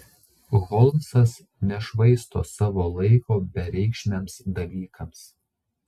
holmsas nešvaisto savo laiko bereikšmiams dalykams